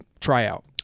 tryout